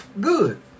Good